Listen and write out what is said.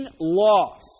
loss